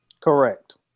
Correct